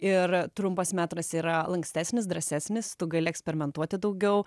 ir trumpas metras yra lankstesnis drąsesnis tu gali eksperimentuoti daugiau